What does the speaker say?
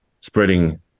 spreading